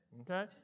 Okay